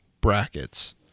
brackets